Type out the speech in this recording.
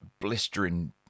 blistering